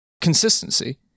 consistency